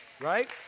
Right